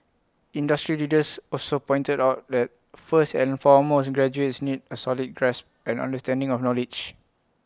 industry leaders also pointed out that first and foremost graduates need A solid grasp and understanding of knowledge